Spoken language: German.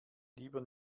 lieber